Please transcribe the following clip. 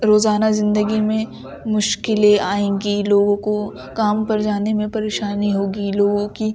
روزانہ زندگی میں مشکلیں آئیں گی لوگوں کو کام پر جانے میں پریشانی ہوگی لوگوں کی